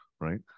right